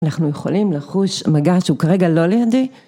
אנחנו יכולים לחוש מגע שהוא כרגע לא לידי.